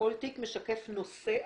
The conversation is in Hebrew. כל תיק משקף נושא אחר.